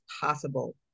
possible